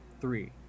three